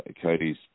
Cody's